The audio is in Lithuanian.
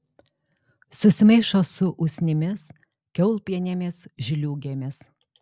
susimaišo su usnimis kiaulpienėmis žliūgėmis